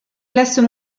classes